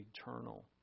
eternal